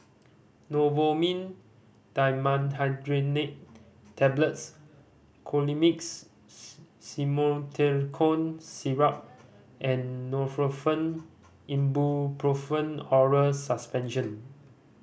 Novomin Dimenhydrinate Tablets Colimix Simethicone Syrup and Nurofen Ibuprofen Oral Suspension